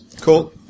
Cool